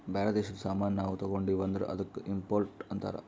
ಬ್ಯಾರೆ ದೇಶದು ಸಾಮಾನ್ ನಾವು ತಗೊಂಡಿವ್ ಅಂದುರ್ ಅದ್ದುಕ ಇಂಪೋರ್ಟ್ ಅಂತಾರ್